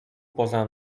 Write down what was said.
poza